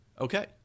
Okay